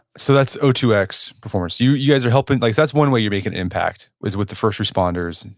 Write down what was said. so, that's o two x performance. you you guys are helping, like that's one way you make an impact is with the first responders,